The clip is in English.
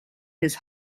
his